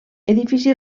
edifici